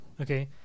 okay